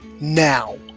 now